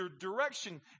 direction